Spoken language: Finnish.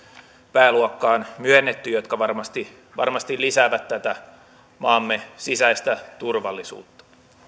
pääluokkaan myönnetty jotka varmasti varmasti lisäävät maamme sisäistä turvallisuutta